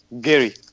Gary